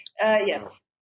Yes